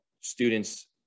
students